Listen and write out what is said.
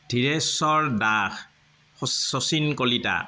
ধীৰেশ্বৰ দাস শ শচীন কলিতা